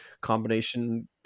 combination